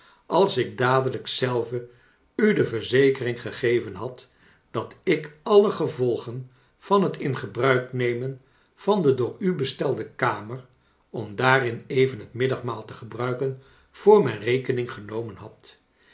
als ik dadelijk zelve u de verzekering gegeven had dat ik alle gevolgen van het in gebruik nemen van de door u bestelde kamer om daarin even het middagmaal te gebruiken voor mijn rekening genomen had